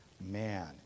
man